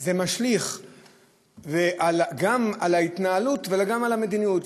זה משליך גם על ההתנהלות וגם על המדיניות.